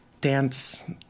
dance